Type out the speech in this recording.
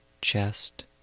chest